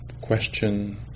question